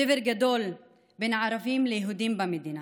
שבר גדול, בין הערבים ליהודים במדינה,